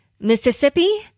Mississippi